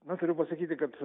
na turiu pasakyti kad